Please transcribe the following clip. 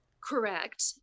correct